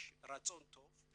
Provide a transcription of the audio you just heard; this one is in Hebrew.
יש רצון טוב,